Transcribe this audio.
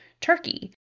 Turkey